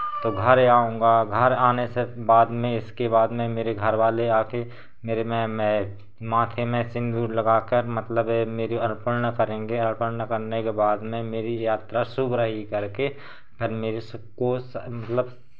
तो घर आऊँगा घर आने से बाद में इसके बाद में मेरे घर वाले आके मेरे में माथे में सिंदूर लगा कर मतलब मेरी अर्पणा करेंगे अर्पणा करने के बाद में मेरी यात्रा शुभ रही करके धन्य सबको मतलब